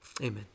Amen